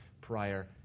prior